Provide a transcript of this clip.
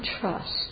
trust